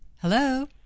Hello